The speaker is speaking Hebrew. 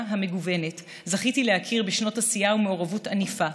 המגוונת זכיתי להכיר בשנות עשייה ומעורבות ענפה,